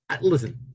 listen